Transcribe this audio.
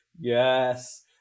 yes